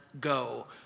go